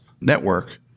network